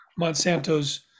Monsanto's